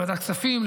בוועדת הכספים,